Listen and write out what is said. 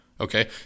Okay